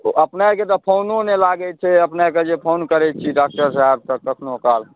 अपनेके तऽ फोनो नहि लागै छै अपनेके जे फोन करै छी तऽ डाक्टर साहेब कखनो काल